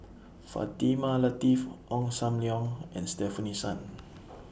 Fatimah Lateef Ong SAM Leong and Stefanie Sun